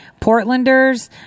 Portlanders